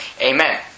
Amen